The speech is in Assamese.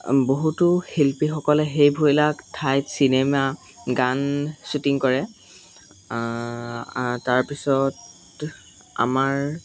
বহুতো শিল্পীসকলে সেইবিলাক ঠাইত চিনেমা গান শ্বুটিং কৰে তাৰপিছত আমাৰ